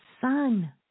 sun